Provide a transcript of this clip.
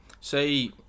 Say